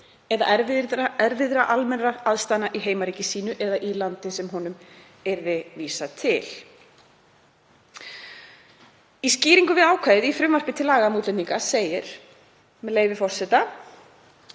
eða erfiðra almennra aðstæðna í heimaríki eða í landi sem honum yrði vísað til.“ Í skýringum við ákvæðið í frumvarpi til laga um útlendinga segir, með leyfi forseta: